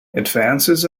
advances